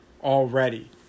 already